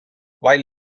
while